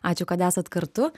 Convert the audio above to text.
ačiū kad esat kartu